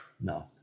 no